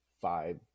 five